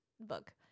book